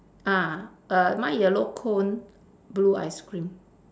ah err mine yellow cone blue ice cream